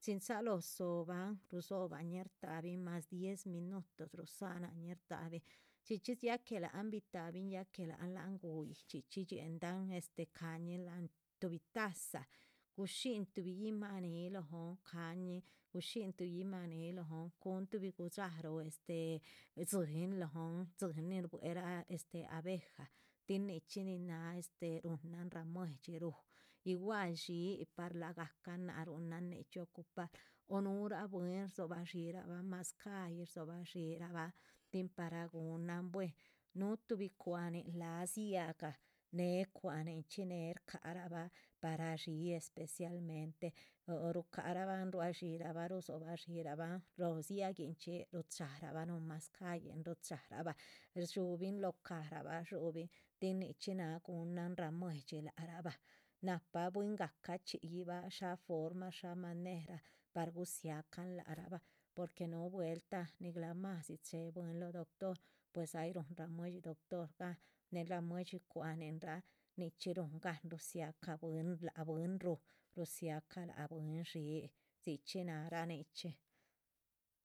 chin chalóh dzóhobahn rudzobañin shtahabin mas. diez minutos rudzanan ñin shtahabin, chxí chxí ya que láhan bitahabin, ya que láhan lan gu´yih, chxí chxí dxieldahn este ca´ñin láhan tuhbi taza, gushíhin tuhbi yíhma níhi. lóhon, cáhañin gushíhin tuhbi yíhma níhi lóhon, cuhun tuhbi gudxáruh este dzíyin lóhon, dzíyin nin shbuerah este abeja, tin nichxí nin náha este ruhunan ramuedxi rúh igual. dxíipar lagacahn náan ruhunan nichxí ocupar o núhura bwín rdzoba shírabah mazcáhyih, rdzoba shíhirabah tin para guhunan buen, núhu tuhbi cwa´hnin láha. dziáhgah, néhe cwa´hninchxí néhe shca´rabah para dxíi especialmente, huhu rucahárabah ruá dxíira bah rudzobah dxíirabahn lóho dziáhguinchxi, rucharabah núhun. mazcáhyih ruhucarabah rdzhubin locahara bah rdzhúbin tin nichxí náha guhunan ramuedxi, lac rah bah nahpa bwingahca chxíyi bah shá forma shá manera par gudzia can lac rabah. porque núhu vueltah nigla madzi chéhe bwín lóho doctor pues ay ruhun ramuedxi dcotor gan nehe ramuedxi cwa´hninraa nichxí ruhun gan rudziacah bwín, lac bwín rúh. rudziacah lác bwín dxíi dxichxí narah nichxí.